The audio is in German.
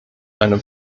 einem